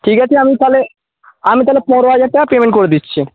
ঠিক আছে আমি তাহলে আমি তাহলে পনেরো হাজার টাকা পেমেন্ট করে দিচ্ছি